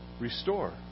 restore